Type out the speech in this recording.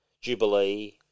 Jubilee –